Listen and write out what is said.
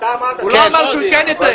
הוא לא אמר שהוא כן יתאם.